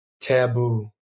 taboo